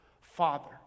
father